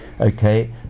Okay